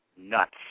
nuts